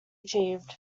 achieved